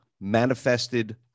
manifested